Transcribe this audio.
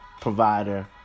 provider